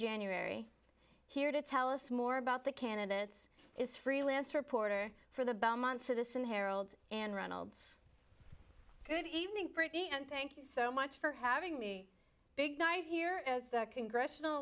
january here to tell us more about the candidates is freelance reporter for the belmont citizen herald and ronald's good evening britney and thank you so much for having me big night here as the congressional